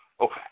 Okay